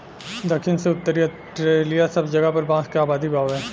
दखिन से उत्तरी ऑस्ट्रेलिआ सब जगह पर बांस के आबादी बावे